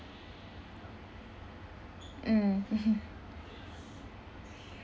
mm